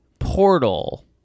Portal